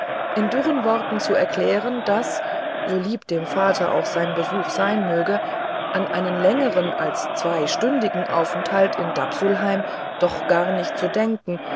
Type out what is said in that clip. in dürren worten zu erklären daß so lieb dem vater auch sein besuch sein möge an einen längern als zweistündigen aufenthalt in dapsulheim doch gar nicht zu denken